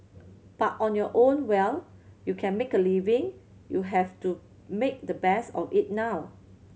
but on your own well you can make a living you have to make the best of it now